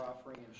offering